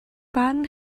barn